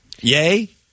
Yay